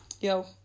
yo